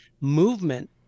movement